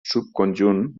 subconjunt